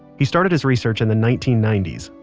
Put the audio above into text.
he started his research in the nineteen ninety s,